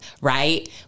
Right